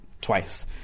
twice